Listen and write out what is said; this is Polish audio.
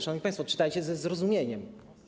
Szanowni państwo, czytajcie ze zrozumieniem.